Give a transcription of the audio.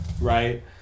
right